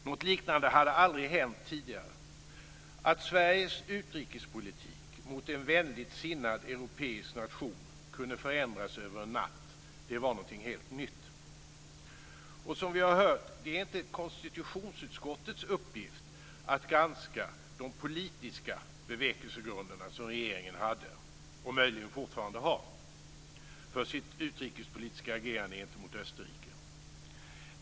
Något liknande hade aldrig hänt tidigare. Att Sveriges utrikespolitik mot en vänligt sinnad europeisk nation kunde förändras över en natt var någonting helt nytt. Som vi har hört är det inte konstitutionsutskottets uppgift att granska de politiska bevekelsegrunder som regeringen hade - och möjligen fortfarande har - för sitt utrikespolitiska agerande gentemot Österrike.